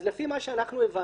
אז לפי מה שאנחנו הבנו,